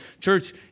church